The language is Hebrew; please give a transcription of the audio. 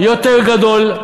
יותר גדול: